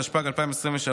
התשפ"ג 2023,